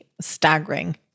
staggering